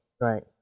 Right